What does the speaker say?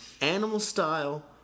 animal-style